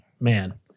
man